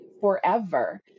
forever